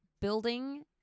building